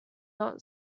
not